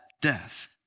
death